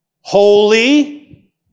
Holy